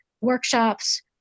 workshops